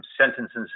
sentences